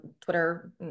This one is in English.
Twitter